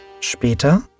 Später